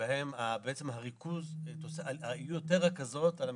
שבהם בעצם יהיו יותר רכזות על המתנדבים.